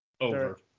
Over